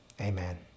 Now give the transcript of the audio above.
Amen